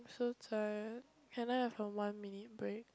so tired can I have a one minute break